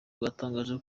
bwatangaje